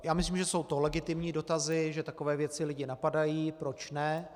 Já myslím, že jsou to legitimní dotazy, že takové věci lidi napadají, proč ne.